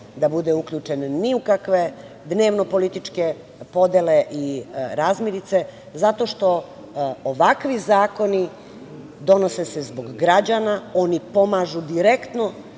da bude uključen ni u kakve dnevno-političke podele i razmirice, zato što ovakvi zakoni donose se zbog građana, oni pomažu direktno